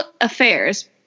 affairs